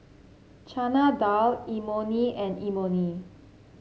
Chana Dal Imoni and Imoni